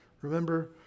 Remember